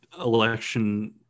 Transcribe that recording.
election